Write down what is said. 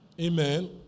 amen